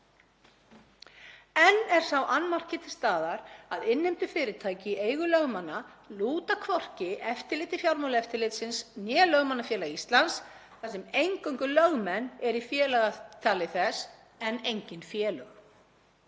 Enn er sá annmarki til staðar að innheimtufyrirtæki í eigu lögmanna lúta hvorki eftirliti Fjármálaeftirlitsins né Lögmannafélags Íslands þar sem eingöngu lögmenn eru í félagatali þess en engin félög.